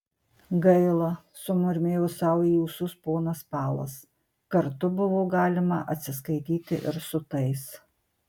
gaila sumurmėjo sau į ūsus ponas palas kartu buvo galima atsiskaityti ir su tais